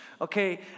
Okay